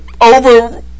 Over